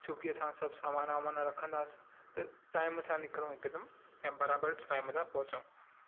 छोकी असां सभु सामानु वामानु रखंदासीं त टाइम सां निकिरो हिकदमि ऐं बराबरि टाइम सां पहुचा